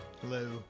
hello